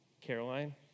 Caroline